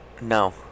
no